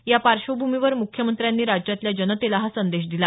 या पार्श्वभूमीवर मुख्यमंत्र्यांनी राज्यातल्या जनतेला हा संदेश दिला